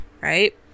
right